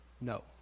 no